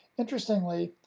interestingly,